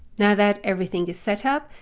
now that everything is set up,